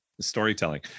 storytelling